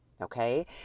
Okay